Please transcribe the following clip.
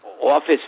office